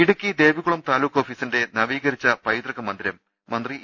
ഇടുക്കിയിലെ ദേവികുളം താലൂക്ക് ഓഫീസിന്റെ നവീകരിച്ച പൈതൃ കമന്ദിരം മന്ത്രി ഇ